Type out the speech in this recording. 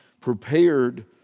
prepared